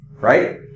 right